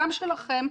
גם שלכם,